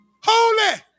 holy